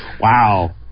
Wow